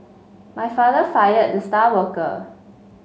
my father fired the star worker